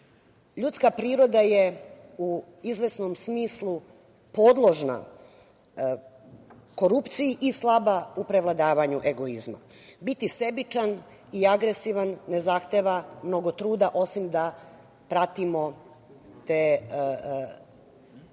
Ljudska priroda je u izvesnom smislu podložna korupciji i slaba u prevladavanju egoizma. Biti sebičan i agresivan ne zahteva mnogo truda, osim da pratimo te instinkte